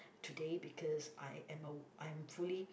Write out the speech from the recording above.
today because I am a I am fully